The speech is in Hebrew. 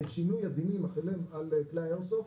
את שינוי הדינים החלים על כלי האיירסופט,